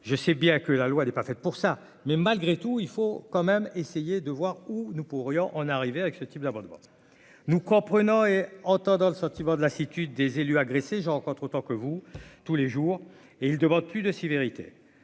je sais bien que la loi n'est pas fait pour ça, mais malgré tout, il faut quand même essayer de voir où nous pourrions en arriver avec ce type d'abonnement, nous comprenons et entendant le sentiment de lassitude des élus agressés, je rencontre autant que vous tous les jours et il demande plus de sévérité,